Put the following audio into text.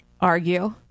argue